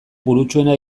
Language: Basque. burutsuena